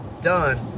done